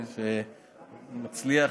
שיצליח,